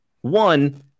One –